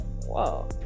whoa